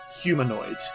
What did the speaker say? humanoid